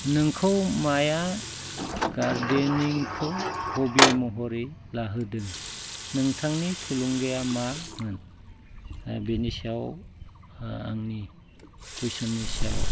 नोंखौ माया गारदेनिंखौ हबि महरै लाहोदों नोंथांनि थुलुंगाया मामोन दा बेनि सायाव आंनि कुइसननि सायाव